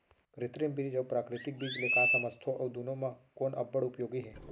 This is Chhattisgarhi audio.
कृत्रिम बीज अऊ प्राकृतिक बीज ले का समझथो अऊ दुनो म कोन अब्बड़ उपयोगी हे?